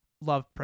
love